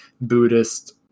buddhist